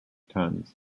tons